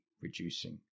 reducing